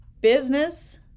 business